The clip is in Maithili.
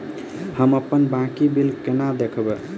हम अप्पन बाकी बिल कोना देखबै?